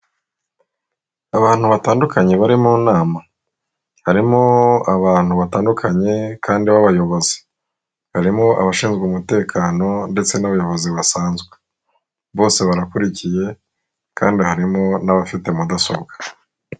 Abantu batandukanye bari mu nama, harimo abantu batandukanye kandi b'abayobozi. Harimo abashinzwe umutekano ndetse n'abayobozi basanzwe, bose barakurikiye kandi harimo n'abafite mudasobwa.